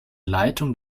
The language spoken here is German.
leitung